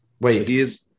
Wait